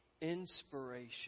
inspiration